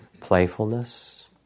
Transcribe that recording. playfulness